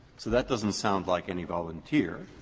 so that doesn't sound like any volunteer.